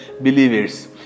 believers